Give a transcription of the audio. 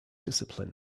discipline